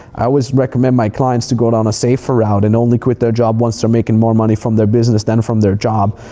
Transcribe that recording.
i always recommend my clients to go down a safer route and only quit their job once they're making more money from their business than from their job.